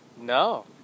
No